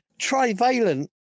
trivalent